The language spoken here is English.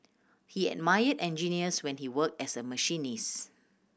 he admired engineers when he worked as a machinist